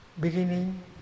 Beginning